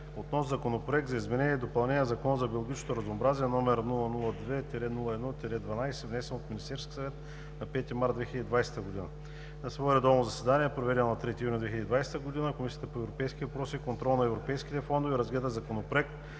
Законопроект за изменение и допълнение на Закона за биологичното разнообразие, № 002-01-12, внесен от Министерския съвет на 5 март 2020 г. На свое редовно заседание, проведено на 3 юни 2020 г., Комисията по европейските въпроси и контрол на европейските фондове разгледа Законопроект